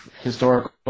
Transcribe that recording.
historical